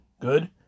good